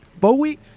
Bowie